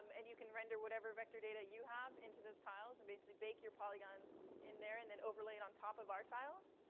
um and you can render whatever vector data you have into those tiles and basically bake your polygons in there and then overlay it on top of our tiles.